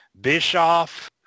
Bischoff